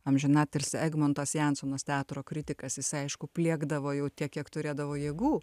amžinatilsį egmontas jansonas teatro kritikas jisai aišku pliekdavo jau tiek kiek turėdavo jėgų